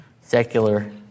secular